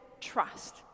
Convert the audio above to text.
trust